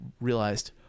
realized